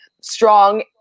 strong